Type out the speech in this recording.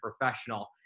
professional